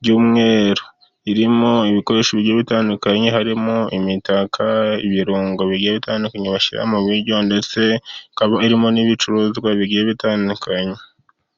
ry’umweru, irimo ibikoresho bigiye bitandukanye: harimo imitaka, ibirungo bigiye bitandukanye bashyira mu biryo, ndetse ikaba irimo n’ibicuruzwa bigiye bitandukanye.